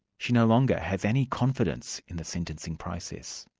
she no longer has any confidence in the sentencing process.